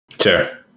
Sure